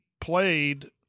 played –